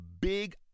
big